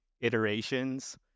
iterations